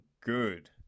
good